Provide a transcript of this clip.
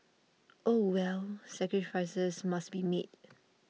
oh well sacrifices must be made